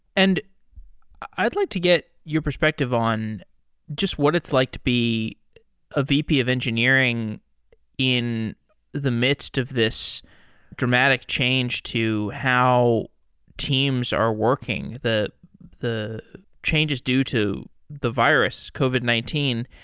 and i'd like to get your perspective on just what it's like to be a vp of engineering in the midst of this dramatic change to how teams are working, the the changes due to the virus covid nineteen.